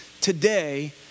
Today